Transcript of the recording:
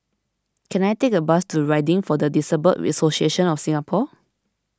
can I take a bus to Riding for the Disabled Association of Singapore